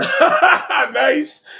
Nice